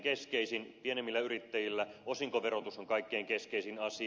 pienemmillä yrittäjillä osinkoverotus on kaikkein keskeisin asia